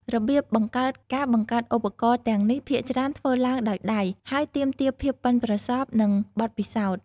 របៀបបង្កើតការបង្កើតឧបករណ៍ទាំងនេះភាគច្រើនធ្វើឡើងដោយដៃ ហើយទាមទារភាពប៉ិនប្រសប់ និងបទពិសោធន៍។